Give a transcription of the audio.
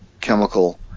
chemical